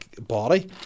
body